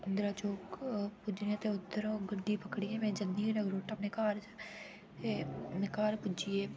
इंदिरा चौक पुज्जनी आं ते उद्धरो गड्डी पकड़ियै में ज'न्नी आं नगरोटा अपने घर ते में घर पुज्जियै